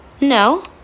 No